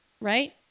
right